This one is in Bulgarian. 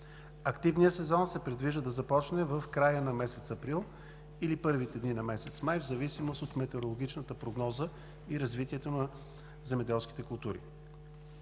Активният сезон се предвижда да започне в края на месец април или в първите дни на месец май – в зависимост от метеорологичната прогноза и развитието на земеделските култури.